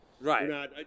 Right